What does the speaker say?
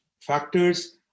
factors